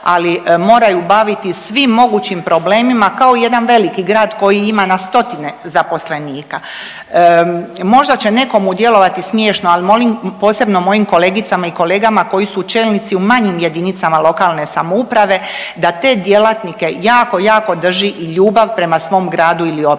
ali moraju baviti svim mogućim problemima kao jedan veliki grad koji ima na stotine zaposlenika. Možda će nekomu djelovati smiješno, ali molim posebno mojim kolegicama i kolegama koji su čelnici u manjim JLS da te djelatnike jako jako drži i ljubav prema svom gradu ili općini.